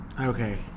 Okay